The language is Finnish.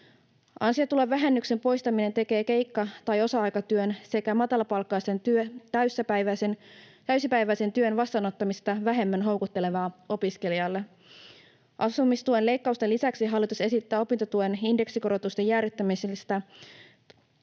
Ansiotulovähennyksen poistaminen tekee keikka- tai osa-aikatyön sekä matalapalkkaisen täysipäiväisen työn vastaanottamisesta vähemmän houkuttelevaa opiskelijalle. Asumistuen leikkausten lisäksi hallitus esittää opintotuen indeksikorotusten jäädyttämistä,